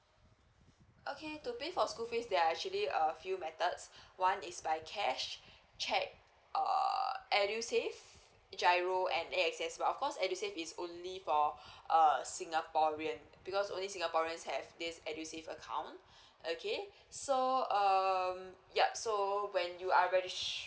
okay to pay for school fees there are actually a few methods one is by cash cheque err edusave G_I_R_O and A X S but of course edusave is only for err singaporean because only singaporeans have this edusave account okay so um yup so when you are regis~